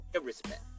respect